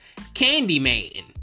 Candyman